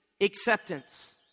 acceptance